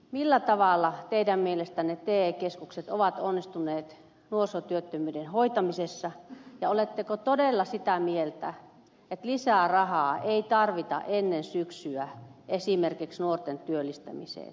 millä tavalla teidän mielestänne te keskukset ovat onnistuneet nuorisotyöttömyyden hoitamisessa ja oletteko todella sitä mieltä että lisää rahaa ei tarvita ennen syksyä esimerkiksi nuorten työllistämiseen